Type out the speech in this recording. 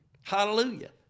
Hallelujah